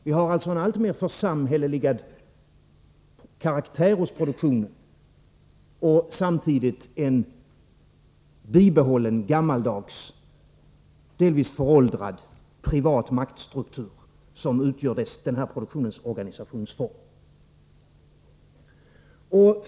Vi får alltså en alltmer församhälleligad karaktär hos produktionen och samtidigt en bibehållen, gammaldags, delvis föråldrad, privat maktstruktur, som utgör produktionens organisationsform.